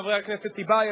חבר הכנסת טיבייב,